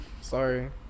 Sorry